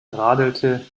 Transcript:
radelte